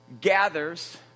gathers